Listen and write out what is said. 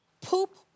poop